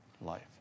life